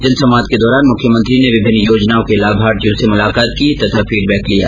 जनसंवाद के दौरान मुख्यमंत्री ने विभिन्न योजनाओं के लाभार्थियों से मुलाकात की तथा फीडबैक लिया